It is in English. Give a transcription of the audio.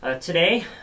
Today